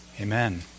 amen